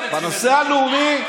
בנושא הלאומי,